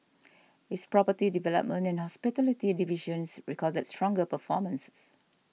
its property development and hospitality divisions recorded stronger performances